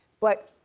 but